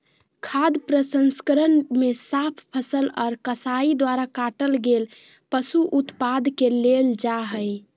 खाद्य प्रसंस्करण मे साफ फसल आर कसाई द्वारा काटल गेल पशु उत्पाद के लेल जा हई